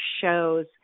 shows